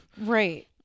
right